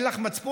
אין לך מצפון?